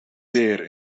zeer